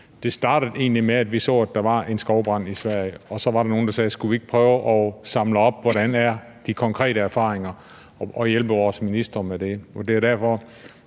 Det startede egentlig med, at vi så, at der var en skovbrand Sverige, og så var der nogle, der sagde: Skulle vi ikke prøve at samle op på, hvordan de konkrete erfaringer er, og hjælpe vores ministre med det?